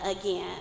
again